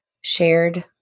shared